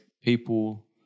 people